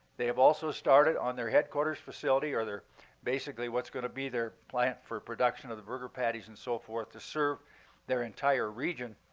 they have also started on their headquarters facility or basically what's going to be their plant for production of the burger patties and so forth to serve their entire region.